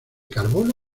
carbono